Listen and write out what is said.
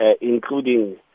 including